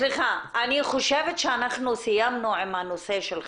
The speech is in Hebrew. סליחה, סיימנו עם הנושא של חיוניות,